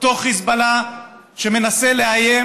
אותו חיזבאללה שמנסה לאיים